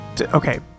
Okay